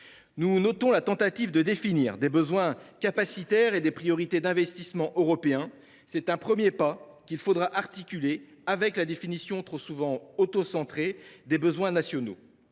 Nous notons la tentative de définir des besoins capacitaires et des priorités d’investissement européens. C’est un premier pas, qu’il faudra articuler avec la définition trop souvent autocentrée des besoins nationaux.